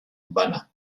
bana